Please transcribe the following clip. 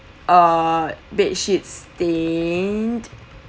uh bedsheet stained